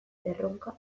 erronka